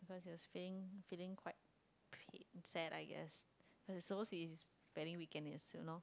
because he was feeling feeling quite he sad I guess cause it's supposed to be his wedding weekend it's you know